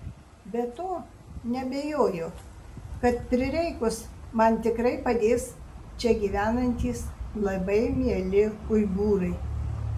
be to neabejoju kad prireikus man tikrai padės čia gyvenantys labai mieli uigūrai